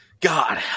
God